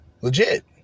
Legit